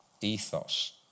ethos